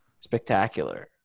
spectacular